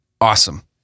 awesome